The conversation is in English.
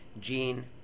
Gene